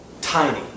tiny